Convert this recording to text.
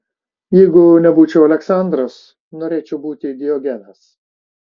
jeigu nebūčiau aleksandras norėčiau būti diogenas